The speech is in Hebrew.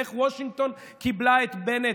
ואיך וושינגטון קיבלה את בנט